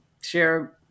share